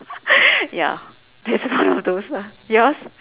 ya that's one of those ah yours